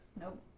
Nope